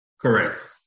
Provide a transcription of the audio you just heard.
Correct